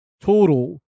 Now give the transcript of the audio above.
total